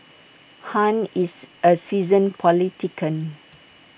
han is A seasoned politician